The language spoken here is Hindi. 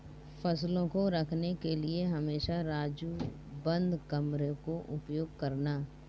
फसलों को रखने के लिए हमेशा राजू बंद कमरों का उपयोग करना